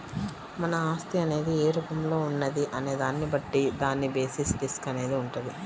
మన ఆస్తి అనేది ఏ రూపంలో ఉన్నది అనే దాన్ని బట్టి దాని బేసిస్ రిస్క్ అనేది వుంటది